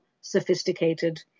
sophisticated